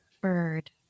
bird